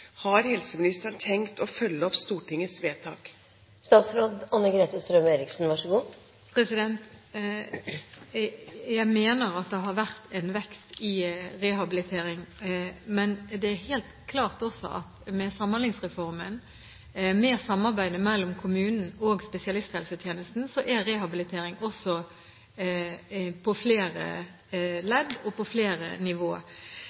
har helseministeren tenkt å følge opp Stortingets vedtak? Jeg mener at det har vært en vekst i rehabilitering, men det er helt klart at med Samhandlingsreformen og med samarbeidet mellom kommunen og spesialisthelsetjenesten er rehabilitering også på flere ledd og på flere nivå.